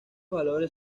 valores